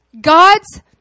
God's